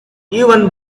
even